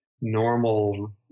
normal